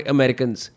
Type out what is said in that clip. Americans